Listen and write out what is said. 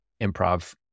improv